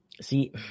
See